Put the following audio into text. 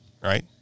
right